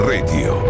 Radio